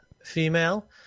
female